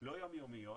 לא יום-יומיות,